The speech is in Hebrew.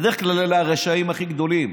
בדרך כלל אלה הרשעים הכי גדולים.